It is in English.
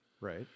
Right